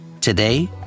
Today